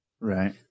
Right